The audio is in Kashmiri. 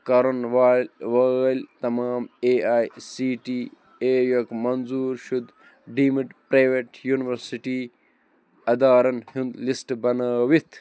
کَرُن والہِ وٲلۍ تمام A I C T E یُک منظوٗر شُدٕ ڈیٖمٕڈ پریویٚٹ یوٗنیوَرسِٹی اِدارَن ہُنٛد لِسٹہٕ بنٲوِتھ